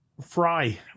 Fry